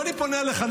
ואני פונה אליך,